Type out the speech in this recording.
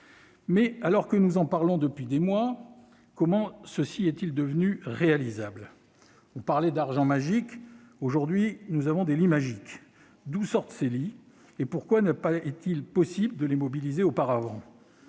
Alors que nous en parlons depuis des mois, comment cela est-il devenu réalisable ? On parlait d'« argent magique »; aujourd'hui, nous avons des « lits magiques ». D'où sortent ces lits et pourquoi n'a-t-il pas été possible de les mobiliser avant ?